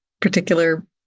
particular